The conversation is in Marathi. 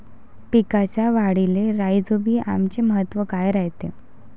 पिकाच्या वाढीले राईझोबीआमचे महत्व काय रायते?